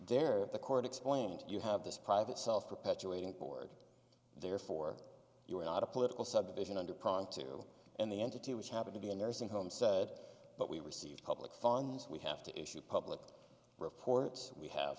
there the court explained you have this private self perpetuating board therefore you are not a political subdivision under problem too and the entity which happen to be a nursing home said but we receive public funds we have to issue public reports we have